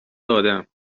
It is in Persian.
آدم